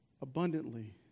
abundantly